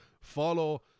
follow